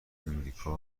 امریکا